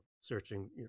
searching